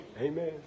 Amen